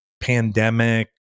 pandemic